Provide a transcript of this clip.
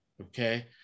okay